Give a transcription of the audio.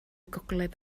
gogledd